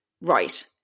Right